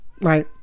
right